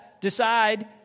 decide